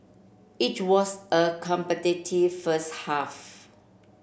it was a competitive first half